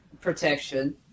protection